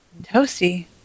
Toasty